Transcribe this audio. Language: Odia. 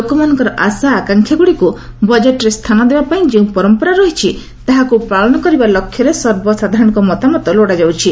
ଲୋକମାନଙ୍କର ଆଶା ଆକାଂକ୍ଷାଗ୍ରଡ଼ିକ୍ ବଜେଟ୍ରେ ସ୍ଥାନ ଦେବା ପାଇଁ ଯେଉଁ ପରମ୍ପରା ରହିଛି ତାହାକୁ ପାଳନ କରିବା ଲକ୍ଷ୍ୟରେ ସର୍ବସାଧାରଣଙ୍କ ମତାମତ ଲୋଡ଼ା ଯାଉଛି